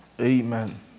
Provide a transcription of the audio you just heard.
Amen